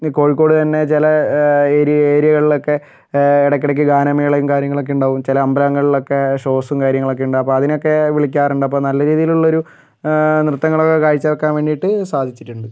കോഴിക്കോട് തന്നെ ചില ഏരിയ ഏരിയകളിലൊക്കെ ഇടയ്ക്കിടയ്ക്ക് ഗാനമേളയും കാര്യങ്ങളുമൊക്കെ ഉണ്ടാവും ചില അമ്പലങ്ങളിലൊക്കെ ഷോസും കാര്യങ്ങളൊക്കെ ഉണ്ടാവും അപ്പം അതിനൊക്കെ വിളിക്കാറുണ്ട് അപ്പം നല്ല രീതിയിലുള്ള ഒരു നൃത്തങ്ങള് കാഴ്ച വെക്കാൻ വേണ്ടിയിട്ട് സാധിച്ചിട്ടുണ്ട്